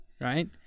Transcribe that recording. right